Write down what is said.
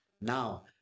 Now